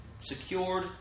Secured